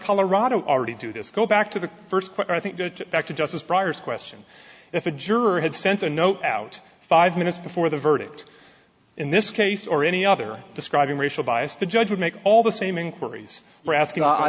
colorado already do this go back to the first but i think back to justice briar's question if a juror had sent a note out five minutes before the verdict in this case or any other describing racial bias the judge would make all the same inquiries we're asking i